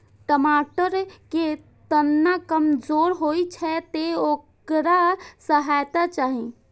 टमाटर के तना कमजोर होइ छै, तें ओकरा सहारा चाही